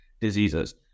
diseases